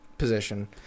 position